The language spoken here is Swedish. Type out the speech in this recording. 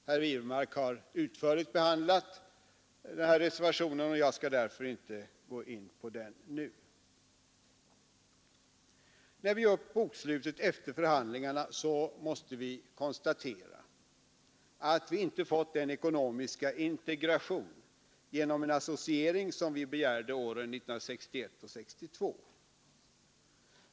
Herr Wirmark har utförligt behandlat reservationen, och jag skall därför inte gå in på den nu. När vi gör upp bokslutet efter förhandlingarna måste vi konstatera, att vi inte fått den ekonomiska integration genom en associering som vi begärde åren 1961 och 1962.